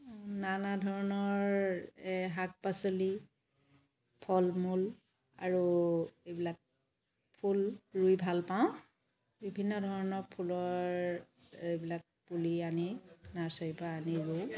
নানা ধৰণৰ শাক পাচলি ফল মূল আৰু এইবিলাক ফুল ৰুই ভাল পাওঁ বিভিন্ন ধৰণৰ ফুলৰ এইবিলাক পুলি আনি নাৰ্চাৰী পৰা আনি ৰুওঁ